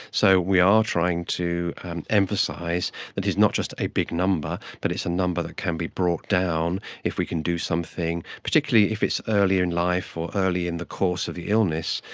so we are trying to emphasise that it's not just a big number but it's a number that can be brought down if we can do something, particularly if it's earlier in life or early in the course of the illness,